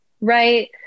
right